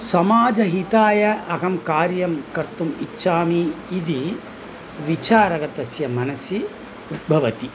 समाजहिताय अहं कार्यं कर्तुम् इच्छामि इति विचारः तस्य मनसि भवति